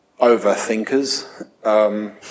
overthinkers